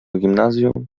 gimnazjum